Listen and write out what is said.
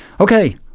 Okay